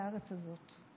לארץ הזאת,